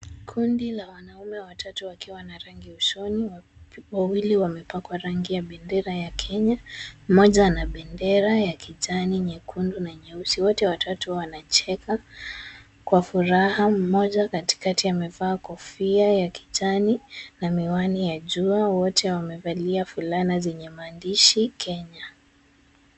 Kundi la wanaume watatu wakiwa na rangi usoni, wawili wamepakwa rangi ya bendera ya Kenya. Mmoja ana bendera ya kijani, nyekundu na nyeusi. Wote watatu wanacheka kwa furaha, mmoja katikati amevaa kofia ya kijani na miwani ya jua. Wote wamevalia fulana zenye maandishi Kenya.